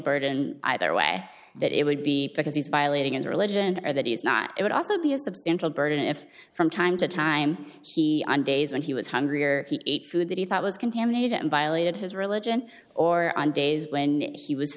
burden either way that it would be because he's violating his religion or that he is not it would also be a substantial burden if from time to time on days when he was hungry or he ate food that he thought was contaminated and violated his religion or on days when he was